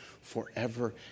forever